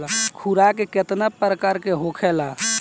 खुराक केतना प्रकार के होखेला?